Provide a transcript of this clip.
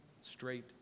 straight